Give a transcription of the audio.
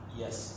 yes